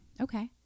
Okay